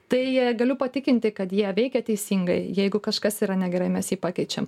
tai galiu patikinti kad jie veikia teisingai jeigu kažkas yra negerai mes jį pakeičiam